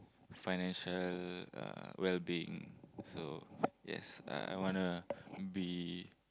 financial uh well being so yes uh I wanna be